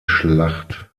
schlacht